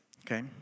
Okay